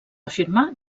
afirmar